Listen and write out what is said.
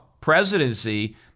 presidency